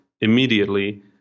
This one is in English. immediately